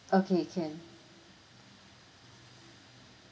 okay can